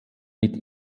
mit